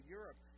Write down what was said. Europe